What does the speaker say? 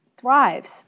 thrives